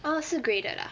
ah 是 graded ah